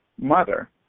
mother